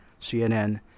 CNN